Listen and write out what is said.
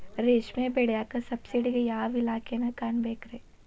ರೇಷ್ಮಿ ಬೆಳಿಯಾಕ ಸಬ್ಸಿಡಿಗೆ ಯಾವ ಇಲಾಖೆನ ಕಾಣಬೇಕ್ರೇ?